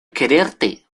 quererte